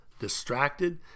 distracted